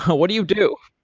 what do you do?